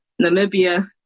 Namibia